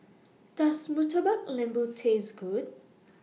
Does Murtabak Lembu Taste Good